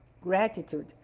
gratitude